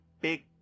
big